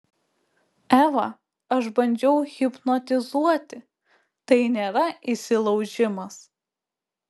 eva aš bandžiau hipnotizuoti tai nėra įsilaužimas